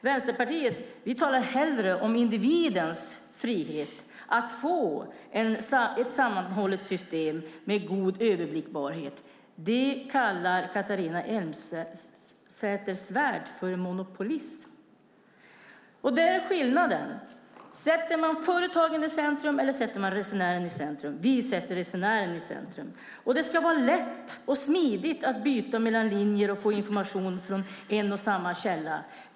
Vänsterpartiet talar hellre om individens frihet att få ett sammanhållet system med god överblickbarhet. Det kallar Catharina Elmsäter-Svärd för monopolism. Här är skillnaden. Sätter man företagen i centrum, eller sätter man resenären i centrum? Det ska vara lätt och smidigt att byta mellan linjer och få information från en och samma källa.